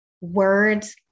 words